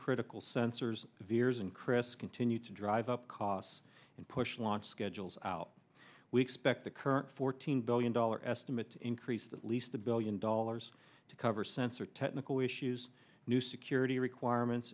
critical sensors vere's and chris continued to drive up costs and push launch schedules out we expect the current fourteen billion dollar estimate increased at least a billion dollars to cover sensor technical issues new security requirements